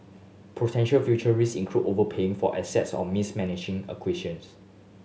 potential future risk include overpaying for assets or mismanaging